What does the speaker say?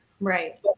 Right